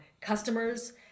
customers